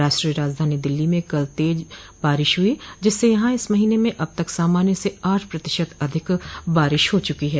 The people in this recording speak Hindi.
राष्ट्रीय राजधानी दिल्ली में कल तेज वर्षा हुई जिससे यहां इस महीने अब तक सामान्य से आठ प्रतिशत अधिक बारिश हो चुकी है